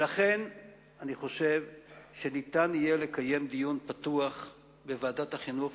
לכן אני חושב שניתן יהיה לקיים דיון פתוח בוועדת החינוך,